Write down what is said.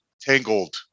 Tangled